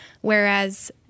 whereas